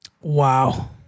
Wow